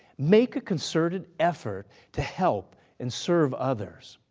make a concerted effort to help and serve others.